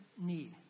need